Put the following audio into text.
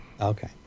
Okay